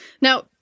Now